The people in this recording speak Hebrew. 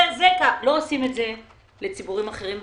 לא עושים את זה לציבורים אחרים במדינה.